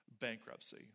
bankruptcy